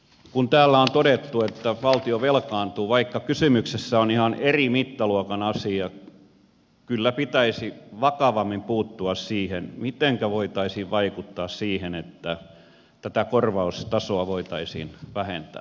kun täällä on todettu että valtio velkaantuu niin vaikka kysymyksessä on ihan eri mittaluokan asiat kyllä pitäisi vakavammin puuttua siihen mitenkä voitaisiin vaikuttaa siihen että tätä korvaustasoa voitaisiin vähentää